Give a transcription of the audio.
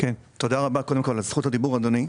תודה רבה על זכות הדיבור, אדוני.